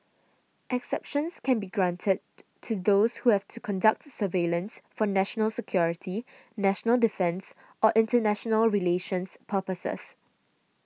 exceptions can be granted to those who have to conduct the surveillance from national security national defence or international relations purposes